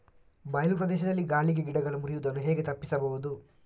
ಬಯಲು ಪ್ರದೇಶದಲ್ಲಿ ಗಾಳಿಗೆ ಗಿಡಗಳು ಮುರಿಯುದನ್ನು ಹೇಗೆ ತಪ್ಪಿಸಬಹುದು?